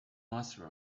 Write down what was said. master